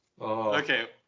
Okay